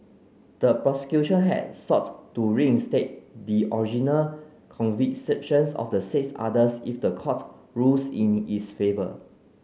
the prosecution had sought to reinstate the original convictions of the six others if the court rules in its favour